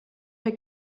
der